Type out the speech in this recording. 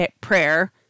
prayer